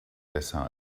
besser